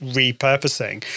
repurposing